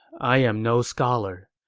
i am no scholar,